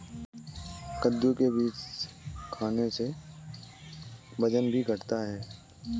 कद्दू के बीज खाने से वजन भी घटता है